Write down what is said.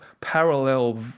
parallel